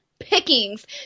Pickings